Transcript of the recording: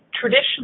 traditionally